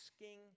asking